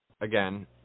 again